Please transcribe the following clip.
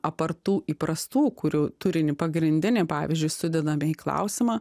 apart tų įprastų kurių turinį pagrindinį pavyzdžiui sudedame į klausimą